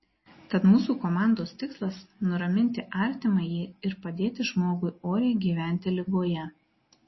tad mūsų komandos tikslas nuraminti artimąjį ir padėti žmogui oriai gyventi ligoje